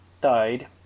died